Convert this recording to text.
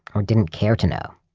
or didn't care to know.